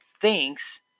thinks